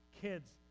kids